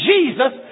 Jesus